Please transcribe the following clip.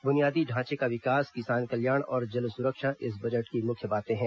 बुनियादी ढांचे का विकास किसान कल्याण और जल सुरक्षा इस बजट की मुख्य बातें हैं